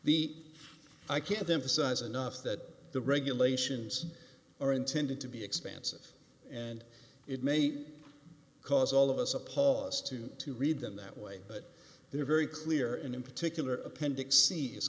the i can't emphasize enough that the regulations are intended to be expansive and it may cause all of us a pause to to read them that way but they're very clear in a particular appendix